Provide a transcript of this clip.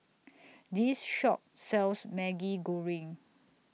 This Shop sells Maggi Goreng